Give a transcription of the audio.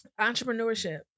Entrepreneurship